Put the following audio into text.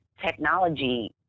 technology